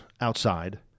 outside